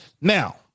Now